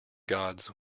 gods